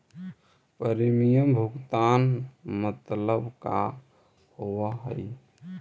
Premium भुगतान मतलब का होव हइ?